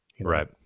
Right